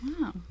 Wow